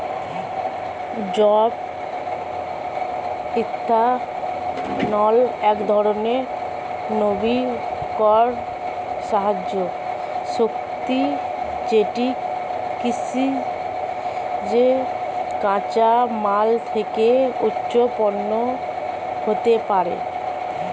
জৈব ইথানল একধরণের নবীকরণযোগ্য শক্তি যেটি কৃষিজ কাঁচামাল থেকে উৎপন্ন হতে পারে